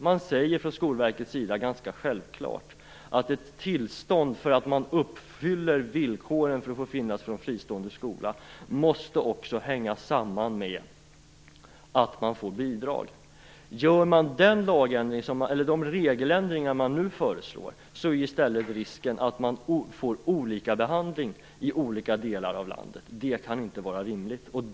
Enligt Skolverket måste ett tillstånd för en fristående skola som uppfyller villkoren för att få finnas också hänga samman med att den får bidrag. Gör man de regeländringar som nu föreslås riskerar man i stället att få olika behandling i olika delar av landet. Det kan inte vara rimligt.